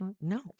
No